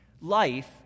life